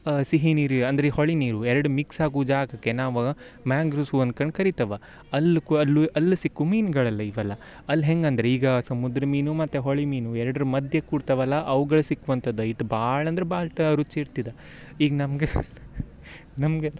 ಸಿಹಿ ನೀರಿಯ ಅಂದರೆ ಹೊಳಿ ನೀರು ಎರಡು ಮಿಕ್ಸಾಗು ಜಾಗಕ್ಕೆ ನಾವು ಮ್ಯಾಂಗ್ರುಸು ಅನ್ಕಂಡು ಕರಿತವ ಅಲ್ ಕು ಅಲ್ಲೂ ಅಲ್ ಸಿಕ್ಕು ಮೀನ್ಗಳೆಲ್ಲ ಇವೆಲ್ಲ ಅಲ್ ಹೆಂಗಂದ್ರೆ ಈಗ ಸಮುದ್ರ ಮೀನು ಮತ್ತು ಹೋಳಿ ಮೀನು ಎರ್ಡ್ರ ಮಧ್ಯೆ ಕೂಡ್ತೀವಲ್ಲ ಅವ್ಗಳು ಸಿಕ್ವಂತದ ಇದು ಭಾಳಂದ್ರೆ ಭಾಳ ರುಚಿ ಇರ್ತಿದ ಈಗ ನಮಗೆ ನಮಗೆ